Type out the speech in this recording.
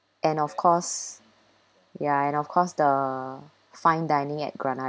and of course ya and of course the fine dining at granada